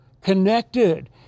connected